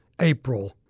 April